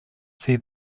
see